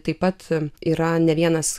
taip pat yra ne vienas